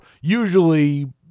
usually